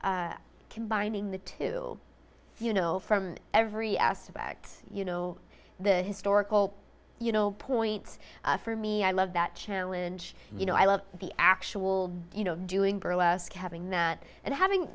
combining the two you know from every aspect you know the historical you know points for me i love that challenge you know i love the actual you know doing burlesque having that and having